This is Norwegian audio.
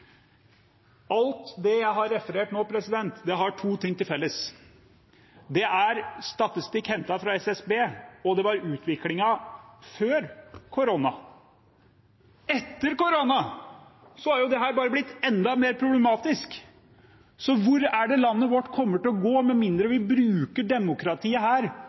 Alt jeg har referert nå, har to ting til felles. Det er statistikk hentet fra SSB, og det var utviklingen før korona. Etter korona er dette bare blitt enda mer problematisk. Hvor er det landet vårt kommer til å gå, med mindre vi bruker demokratiet her